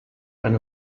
eine